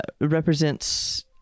represents